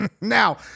Now